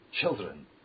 children